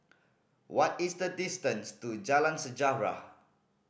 what is the distance to Jalan Sejarah